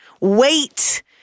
Wait